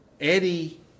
Eddie